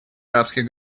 арабских